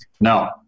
Now